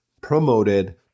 promoted